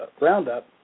Roundup